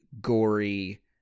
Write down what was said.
gory